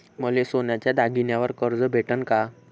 मले सोन्याच्या दागिन्यावर कर्ज भेटन का?